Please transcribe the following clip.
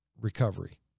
recovery